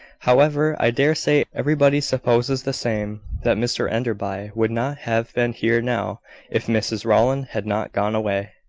however, i dare say everybody supposes the same that mr enderby would not have been here now if mrs rowland had not gone away.